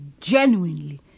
genuinely